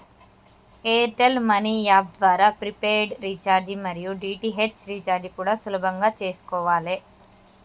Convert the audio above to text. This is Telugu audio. ఎయిర్ టెల్ మనీ యాప్ ద్వారా ప్రీపెయిడ్ రీచార్జి మరియు డీ.టి.హెచ్ రీచార్జి కూడా సులభంగా చేసుకోవాలే